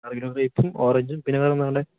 ആറുകിലോ ഗ്രേപ്പും ഓറഞ്ചും പിന്നെ വേറെ എന്താ വേണ്ടത്